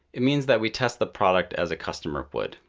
it means that we test the product as a customer would.